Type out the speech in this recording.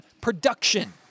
production